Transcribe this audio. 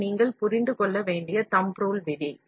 இது நீங்கள் புரிந்து கொள்ள வேண்டிய கட்டைவிரல் விதி